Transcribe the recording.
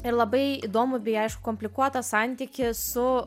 ir labai įdomų bei aišku komplikuotą santykį su